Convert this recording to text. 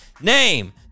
Name